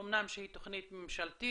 שאמנם היא תוכנית ממשלתית,